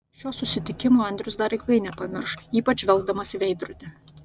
šio susitikimo andrius dar ilgai nepamirš ypač žvelgdamas į veidrodį